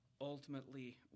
ultimately